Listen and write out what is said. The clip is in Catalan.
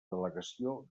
delegació